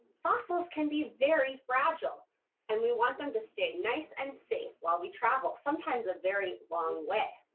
fossils can be very fragile and we want them to stay nice and safe while we travel sometimes a very long way.